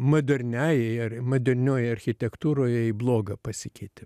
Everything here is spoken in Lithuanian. moderniajai ar moderniojoj architektūroje į blogą pasikeitė